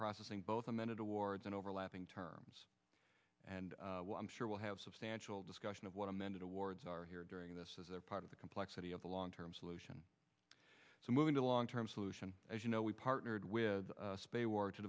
processing both amended awards and overlapping terms and i'm sure we'll have substantial discussion of what amended awards are here during this as a part of the complexity of the long term solution so moving to long term solution as you know we partnered with